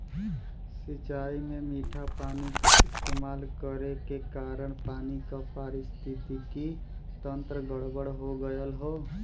सिंचाई में मीठा पानी क इस्तेमाल करे के कारण पानी क पारिस्थितिकि तंत्र गड़बड़ हो गयल हौ